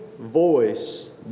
voice